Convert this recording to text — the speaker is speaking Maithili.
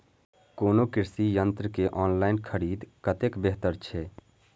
कोनो कृषि यंत्र के ऑनलाइन खरीद कतेक बेहतर छै?